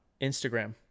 instagram